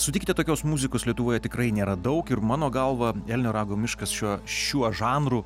sutikite tokios muzikos lietuvoje tikrai nėra daug ir mano galva elnio rago miškas šiuo šiuo žanru